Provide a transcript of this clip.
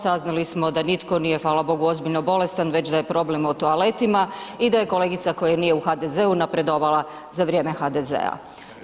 Saznali smo da nitko nije hvala bogu ozbiljno bolestan, već da je problem u toaletima i da je kolegica koja nije u HDZ-u napredovala za vrijeme HDZ-a.